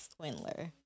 Swindler